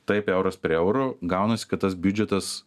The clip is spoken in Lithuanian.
taip euras prie euro gaunasi kad tas biudžetas